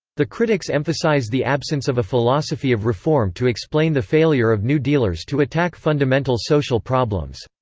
the critics emphasize the absence of a philosophy of reform to explain the failure of new dealers to attack fundamental social problems.